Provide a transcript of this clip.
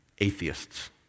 atheists